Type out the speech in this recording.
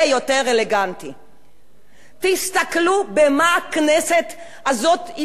תסתכלו במה הכנסת הזאת התעסקה במהלך ארבע שנים,